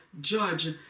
judge